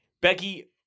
Becky